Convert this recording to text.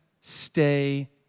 stay